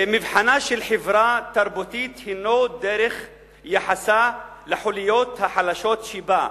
מבחנה של חברה תרבותית הוא דרך יחסה לחוליות החלשות שבה.